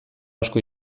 asko